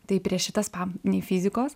tai prieš šitas pam nei fizikos